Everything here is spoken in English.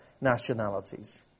nationalities